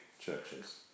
churches